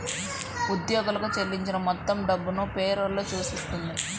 ఉద్యోగులకు చెల్లించిన మొత్తం డబ్బును పే రోల్ సూచిస్తుంది